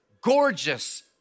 gorgeous